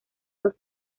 dos